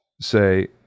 say